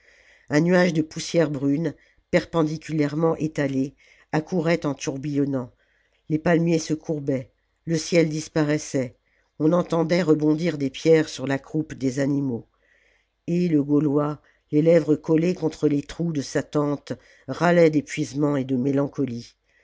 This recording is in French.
un nuage de poussière brune perpendiculairement étalé accourait en tourbillonnant les palmiers se courbaient le ciel disparaissait on entendait rebondir des pierres sur la croupe des animaux et le gaulois les lèvres collées contre les trous de sa tente râlait d'épuisement et de mélancolie